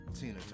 Tina